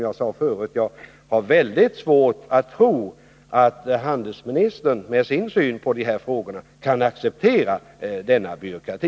Jag har väldigt svårt att tro att handelsministern, med den syn han har på de här frågorna, kan acceptera denna byråkrati.